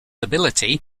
ability